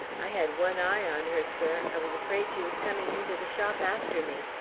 i had one eye on her, sir i was afraid she was coming into the shop after me,